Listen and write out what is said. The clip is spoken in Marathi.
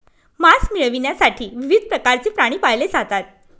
मांस मिळविण्यासाठी विविध प्रकारचे प्राणी पाळले जातात